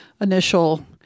initial